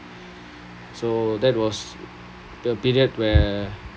so that was the period where